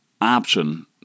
option